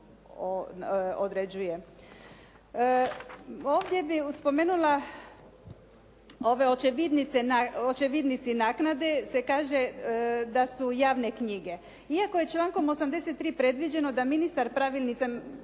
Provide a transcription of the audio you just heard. određuje. Ovdje bi spomenula ove očevidnici naknade se kaže da su javne knjige. Iako je člankom 83. predviđeno da ministar pravilnicima